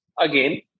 Again